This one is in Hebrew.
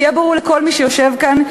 שיהיה ברור לכל מי שיושב כאן,